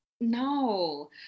No